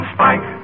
Spike